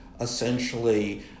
essentially